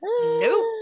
nope